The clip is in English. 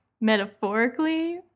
metaphorically